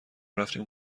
رفتیم